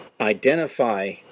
identify